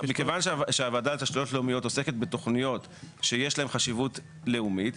מכיוון שהוועדה לתשתיות לאומיות עוסקת בתוכניות שיש להן חשיבות לאומית,